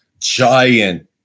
giant